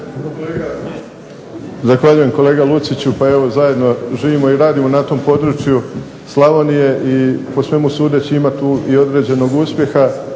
Zahvaljujem kolega Luciću, pa evo zajedno živimo i radimo na tom području Slavonije i po svemu sudeći ima tu određenog uspjeh,